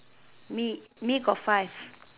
me me got five